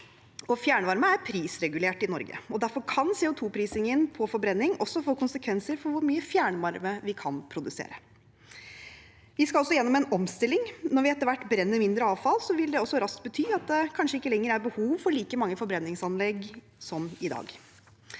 fjernvarme er prisregulert i Norge. Derfor kan CO2-prisingen på forbrenning få konsekvenser for hvor mye fjernvarme vi kan produsere. Vi skal også gjennom en omstilling. Når vi etter hvert brenner mindre avfall, vil det raskt bety at det kanskje ikke lenger er behov for like mange forbrenningsanlegg som i dag.